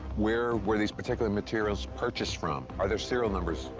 where were these particular materials purchased from? are there serial numbers?